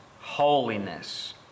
holiness